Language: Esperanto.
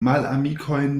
malamikojn